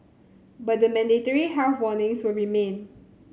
but the mandatory health warnings will remain